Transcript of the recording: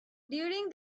during